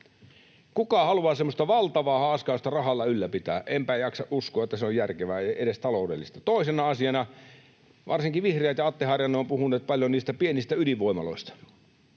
Kuka haluaa semmoista valtavaa haaskausta rahalla ylläpitää? Enpä jaksa uskoa, että se on järkevää tai edes taloudellista. Toisena asiana: Varsinkin vihreät ja Atte Harjanne ovat puhuneet paljon niistä pienistä ydinvoimaloista,